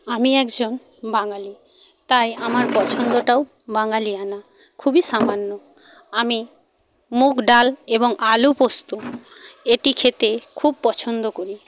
আমি একজন বাঙালি তাই আমার পছন্দটাও বাঙালিয়ানা খুবই সামান্য আমি মুগ ডাল এবং আলু পোস্ত এটি খেতে খুব পছন্দ করি